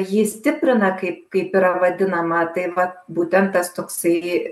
jį stiprina kaip kaip yra vadinama tai vat būtent tas toksai